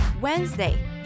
Wednesday